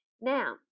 Now